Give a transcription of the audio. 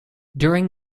during